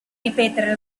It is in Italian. ripetere